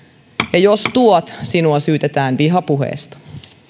ja jos tuot sinua syytetään vihapuheesta